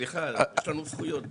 סליחה, יש לנו זכויות גם.